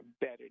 better